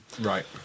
Right